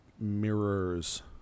mirrors